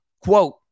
quote